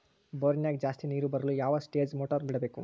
ಬೋರಿನ್ಯಾಗ ಜಾಸ್ತಿ ನೇರು ಬರಲು ಯಾವ ಸ್ಟೇಜ್ ಮೋಟಾರ್ ಬಿಡಬೇಕು?